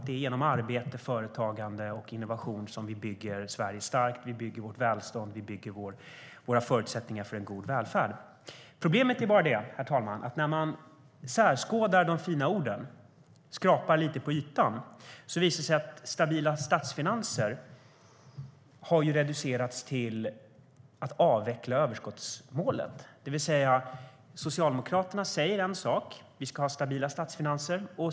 Det är genom arbete, företagande och innovation som vi bygger Sverige starkt, bygger vårt välstånd och bygger våra förutsättningar för en god välfärd. Problemet är bara det, herr talman, att när man skärskådar de fina orden och skrapar lite på ytan visar det sig att "stabila statsfinanser" blivit en avveckling av överskottsmålet. Socialdemokraterna säger en sak: Vi ska ha stabila statsfinanser.